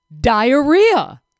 diarrhea